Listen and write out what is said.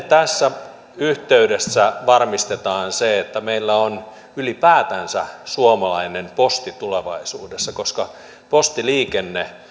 tässä yhteydessä varmistetaan se että meillä on ylipäätänsä suomalainen posti tulevaisuudessa koska postiliikenne